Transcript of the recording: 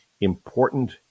important